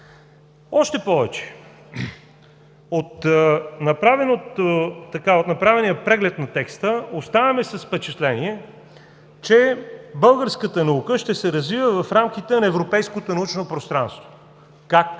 Още повече от направения преглед на текста оставаме с впечатление, че българската наука ще се развива в рамките на европейското научно пространство. Как?